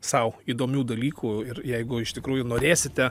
sau įdomių dalykų ir jeigu iš tikrųjų norėsite